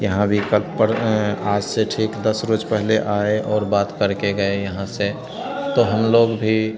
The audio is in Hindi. यहाँ भी सब पढ़ आज से ठीक दस रोज़ पहले आए और बात करके गए यहाँ से तो हम लोग भी